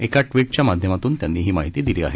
एका ट्विटच्या माध्यमातून त्यांनी ही माहिती दिली आहे